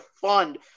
fund